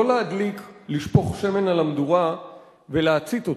לא להדליק, לשפוך שמן על המדורה ולהצית אותה,